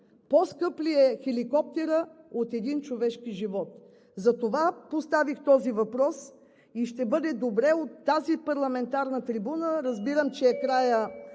по-скъп ли е хеликоптерът от един човешки живот? Затова поставих въпроса и ще бъде добре от тази парламентарна трибуна – разбирам, че е краят